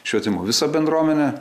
švietimo visą bendruomenę